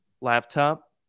laptop